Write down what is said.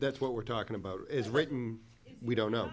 that's what we're talking about as written we don't know